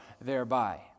thereby